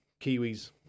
Kiwis